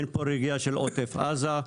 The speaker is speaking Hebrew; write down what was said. אין פה ראיה של עוטף עזה,